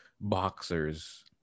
boxers